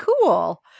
cool